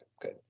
Good